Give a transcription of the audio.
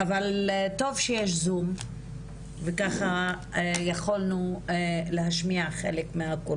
מה זאת אומרת אם הוא מוצא לנכון, לפי מה הוא